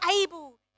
able